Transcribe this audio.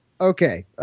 Okay